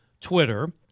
Twitter